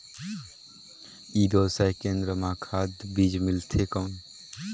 ई व्यवसाय केंद्र मां खाद बीजा मिलथे कौन?